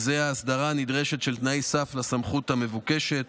וההסדרה הנדרשת היא של תנאי סף לסמכות המבוקשת,